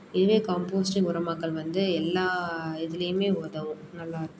இதுவே காம்போஸ்டிங் உரமாக்கல் வந்து எல்லா இதிலையுமே உதவும் நல்லாயிருக்கும்